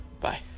Bye